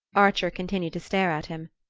archer continued to stare at him.